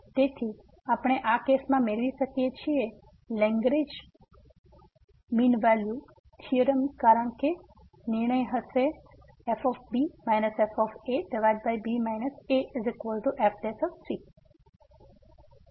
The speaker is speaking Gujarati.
તેથી આપણે આ કેસમાં મેળવી શકીએ છીએ લેંગ્રેજ મીન વેલ્યુ થીયોરમ કારણ કે નિર્ણય હશે fb fb afc